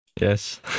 yes